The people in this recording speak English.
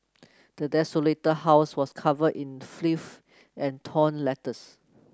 the desolated house was covered in filth and torn letters